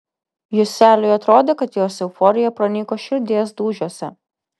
juseliui atrodė kad jos euforija pranyko širdies dūžiuose